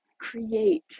create